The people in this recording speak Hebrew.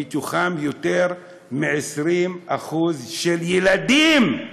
ומתוכם יותר מ-20% ילדים.